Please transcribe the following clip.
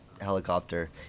helicopter